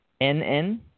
N-N